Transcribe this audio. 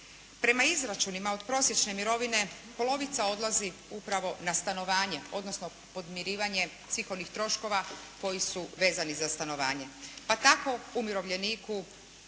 Prema izračunima, od prosječne mirovine polovica odlazi upravo na stanovanje odnosno podmirivanje svih onih troškova koji su vezani za stanovanje. Pa tako umirovljeniku